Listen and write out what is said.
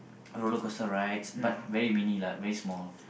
roller coaster rides but very mini lah very small